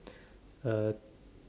uh